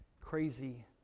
crazy